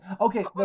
Okay